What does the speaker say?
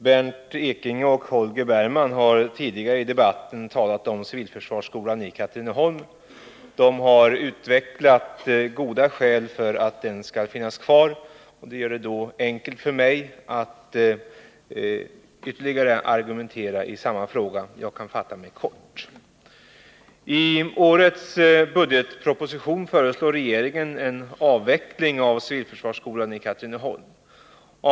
Herr talman! Holger Bergman och Bernt Ekinge har tidigare i debatten talat om civilförsvarsskolan i Katrineholm. De har anfört goda skäl för att denna skall finnas kvar. Det är därför enkelt för mig att ytterligare argumentera i samma fråga. Jag kan alltså fatta mig kort. I årets budgetproposition föreslår regeringen en avveckling av civilförsvarsskolan i Katrineholm.